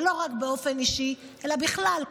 ולא רק באופן אישי אלא בכלל,